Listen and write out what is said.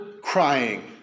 crying